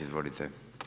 Izvolite.